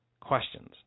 questions